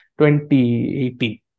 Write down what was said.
2018